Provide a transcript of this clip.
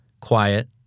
quiet